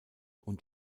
und